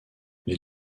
les